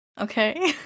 Okay